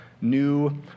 new